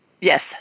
Yes